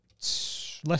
less